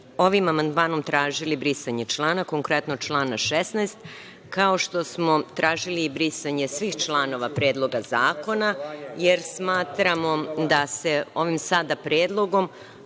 ovim amandmanom tražili brisanje člana, konkretno člana 16, kao što smo tražili i brisanje svih članova Predloga zakona, jer smatramo da se ovim predlogom,